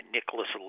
Nicholas